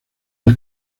del